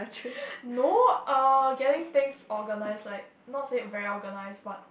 no uh getting things organised like not say very organised but